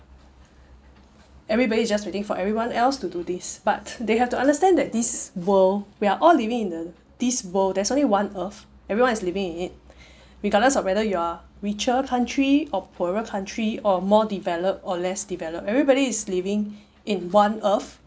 everybody is just waiting for everyone else to do this but they have to understand that this world we are all living in this world there's only one earth everyone is living in it regardless of whether you are richer country or poorer country or more developed or less developed everybody is living in one earth